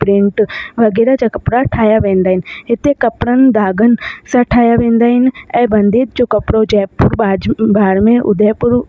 print वगेरा जा कपिड़ा ठाहिया वेंदा आहिनि हिते कपिड़नि धागनि सां ठाहिया वेंदा आहिनि ऐं बंदेज जो कपिड़ो जयपुर बाज बाड़मेड़ उदयपुर